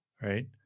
right